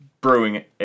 brewing